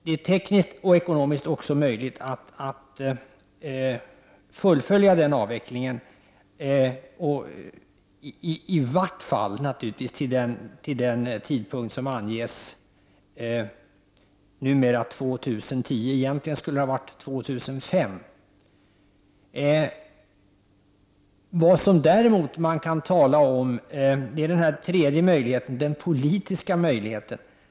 Det är tekniskt och ekonomiskt möjligt att också fullfölja den avvecklingen, i vart fall naturligtvis till den tidpunkt som anges numera, år 2010. Egentligen skulle det ha varit 2005. Den tredje möjligheten som man kan tala om är den politiska möjligheten.